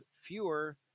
fewer